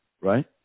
right